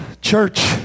Church